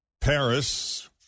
Paris